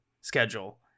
schedule